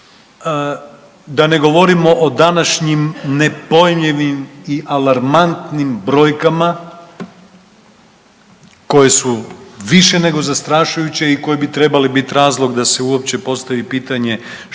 da ne govorimo o današnjim nepojmljivim i alarmantnim brojkama koje su više nego zastrašujuće i koje bi trebali biti razlog da se uopće postavi pitanje, što i